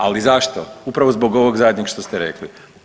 Ali zašto, upravo zbog ovog zadnjeg što ste rekli.